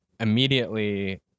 Immediately